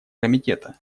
комитета